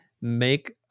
make